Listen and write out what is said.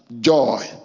joy